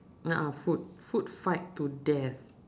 a'ah food food fight to death